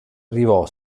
arrivò